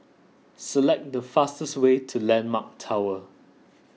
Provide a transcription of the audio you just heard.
select the fastest way to Landmark Tower